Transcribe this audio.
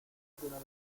necesidad